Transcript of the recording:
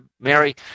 Mary